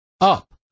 up